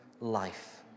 life